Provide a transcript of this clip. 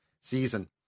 season